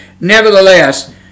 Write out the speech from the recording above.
nevertheless